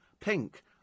pink